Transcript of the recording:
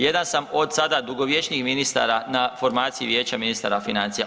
Jedan sam od sada dugovječnijih ministara na formaciji Vijeća ministara financija.